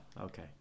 Okay